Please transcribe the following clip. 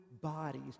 bodies